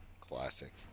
Classic